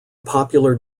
popular